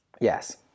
yes